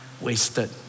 wasted